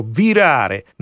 virare